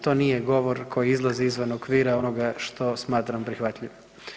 To nije govor koji izlazi izvan okvira onoga što smatram prihvatljivim.